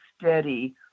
steady